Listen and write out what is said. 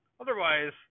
otherwise